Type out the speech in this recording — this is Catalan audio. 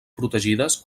protegides